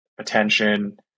attention